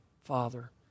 Father